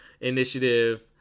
Initiative